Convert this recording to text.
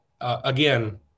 again